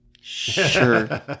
Sure